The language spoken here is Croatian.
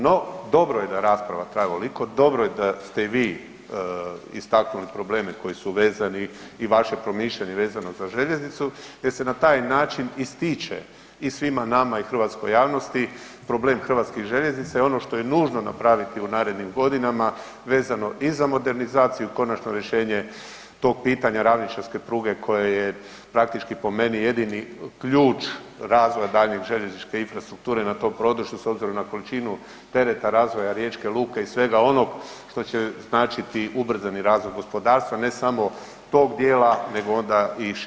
No dobro je da rasprava traje ovoliko, dobro je da ste i vi istaknuli probleme koji su vezani i vaše promišljanje vezano za željeznicu jer se na taj način ističe i svima nama i hrvatskoj javnosti problem HŽ-a i ono što je nužno napraviti u narednim godinama vezano i za modernizaciju i konačno rješenje tog pitanja ravničarske pruge koja je praktički po meni jedini ključ razvoja daljnje željezničke infrastrukture na tom prostoru s obzirom na količinu tereta razvoja riječke luke i svega onog što će značiti ubrzani razvoj gospodarstva, ne samo tog dijela nego onda i šire čitave Hrvatske.